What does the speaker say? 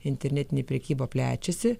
internetinė prekyba plečiasi